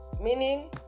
meaning